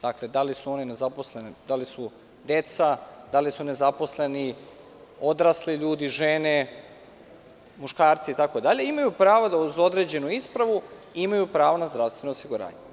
Dakle, da li su oni nezaposleni, da li su deca, da li su odrasli ljudi, žene, muškarci, itd, imaju pravo da uz određenu ispravu imaju pravo na zdravstveno osiguranje.